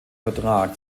vertrag